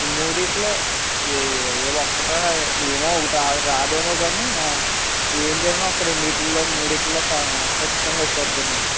ఈ మూడిట్లో ఏ ఒక్కటి ఏమో ఒకటి రాదేమో కాని ఏం జరిగినా ఒక రెండిట్లో మూడిట్లో ఖచ్చితంగా వచ్చేస్తుందండి